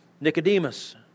Nicodemus